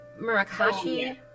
Murakashi